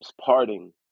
parting